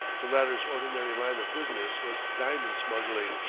the latter's ordinary line of business was diamond smuggling,